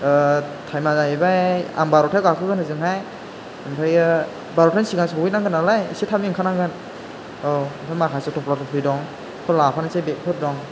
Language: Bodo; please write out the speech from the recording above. टाइमा जाहैबाय आं बार'थायाव गाखोगोन ओजोंहाय ओमफ्रायो बार'थानि सिगां सौहै नांगोन नालाय एसे थाब ओंखार नांगोन औ माखासे थफ्ला थफ्लि दं बेखो लाफानसै बेगफोर दं